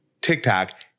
TikTok